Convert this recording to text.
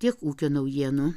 tiek ūkio naujienų